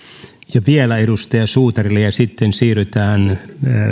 ja vielä edustaja suutarille ja sitten siirrytään